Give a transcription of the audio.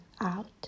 out